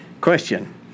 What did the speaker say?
Question